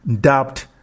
dubbed